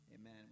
Amen